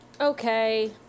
Okay